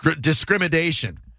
discrimination